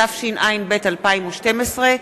התשע"ב 2012,